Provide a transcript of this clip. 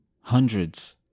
hundreds